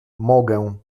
mogę